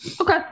Okay